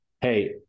Hey